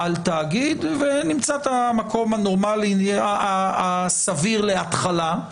תאגיד, ונמצא את המקום הנורמלי הסביר להתחלה.